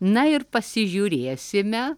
na ir pasižiūrėsime